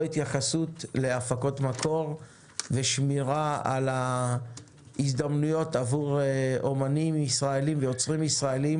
התייחסות להפקות מקור ושמירה על ההזדמנויות לאמנים ישראלים ויוצרים ישראלים